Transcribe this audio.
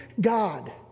God